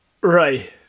Right